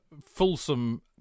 fulsome